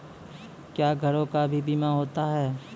क्या घरों का भी बीमा होता हैं?